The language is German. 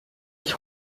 ich